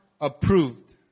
approved